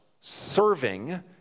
serving